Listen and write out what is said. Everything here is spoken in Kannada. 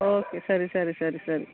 ಓಕೆ ಸರಿ ಸರಿ ಸರಿ ಸರಿ